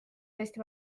hästi